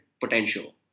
potential